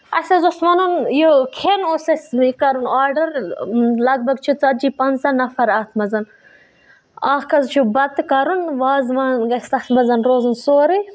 اَسہِ حظ اوس وَنُن یہِ کھٮ۪ن اوس اَسہِ بیٚیہِ کَرُن آرڈَر لگ بگ چھِ ژَتجی پَنٛژاہ نَفر اَتھ منٛز اَکھ حظ چھُ بَتہٕ کَرُن وازوان گَژھِ تَتھ منٛز روزُن سورُے